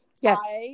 Yes